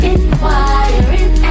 Inquiring